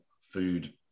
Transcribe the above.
food